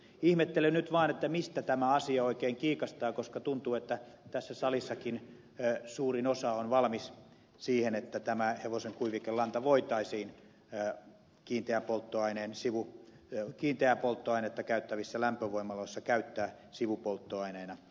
ihmettelen nyt vaan mistä tämä asia oikein kiikastaa koska tuntuu että tässä salissakin suurin osa on valmis siihen että hevosen kuivikelantaa voitaisiin herkkiin ja polttoaineen sivu ja kiinteää polttoainetta käyttävissä lämpövoimaloissa käyttää sivupolttoaineena